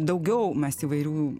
daugiau mes įvairių